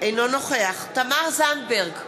אינו נוכח תמר זנדברג,